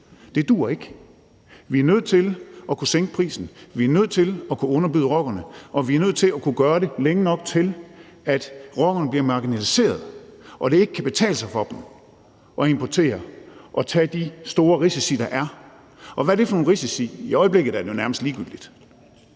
Det duer ikke. Vi er nødt til at kunne sænke prisen; vi er nødt til at kunne underbyde rockerne; og vi er nødt til at kunne gøre det, længe nok til at rockerne bliver marginaliseret, og at det ikke kan betale sig for dem at importere og tage de store risici, der er. Hvad er det så for nogle risici? I øjeblikket er det jo nærmest ligegyldigt: